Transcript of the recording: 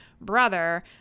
brother